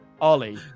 Ollie